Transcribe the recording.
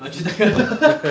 ah cuci tangan